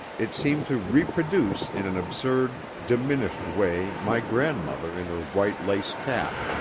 it seemed to reproduce in an absurd, diminished way my grandmother in her white lace cap,